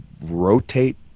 rotate